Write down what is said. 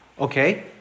Okay